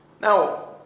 Now